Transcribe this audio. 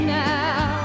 now